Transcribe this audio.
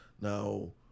Now